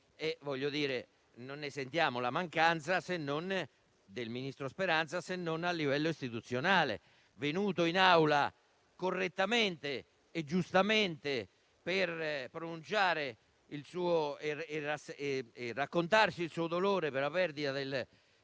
e vorrei dire che non sentiamo la mancanza del ministro Speranza, se non a livello istituzionale. Venuto in Aula correttamente e giustamente per raccontarci il suo dolore per la perdita del